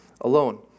alone